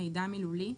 מידע מילולי,